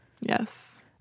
Yes